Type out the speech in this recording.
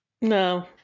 No